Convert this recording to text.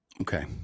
Okay